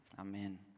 Amen